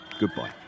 goodbye